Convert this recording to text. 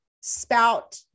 spout